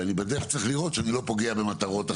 אבל בדרך אתה צריך לראות שאתה לא פוגע במטרות אחרות.